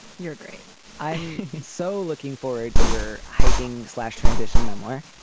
you're great i'm so looking forward to your hiking slash transition memoir.